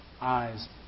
eyes